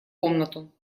комнату